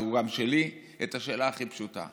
והוא גם שלי את השאלה הכי הפשוטה: